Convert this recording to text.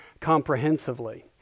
comprehensively